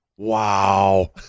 wow